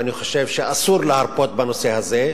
ואני חושב שאסור להרפות בנושא הזה,